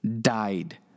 died